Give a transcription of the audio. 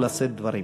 לשאת דברים.